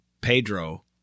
Pedro